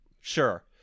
sure